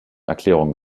erklärungen